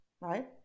right